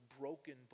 broken